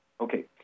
Okay